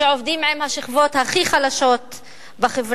שעובדים עם השכבות הכי חלשות בחברה.